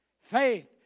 Faith